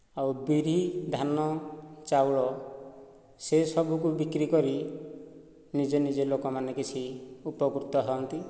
ଆଉ ବିରି ଧାନ ଚାଉଳ ସେହି ସବୁକୁ ବିକ୍ରି କରି ନିଜେ ନିଜେ ଲୋକମାନେ କିଛି ଉପକୃତ ହୁଅନ୍ତି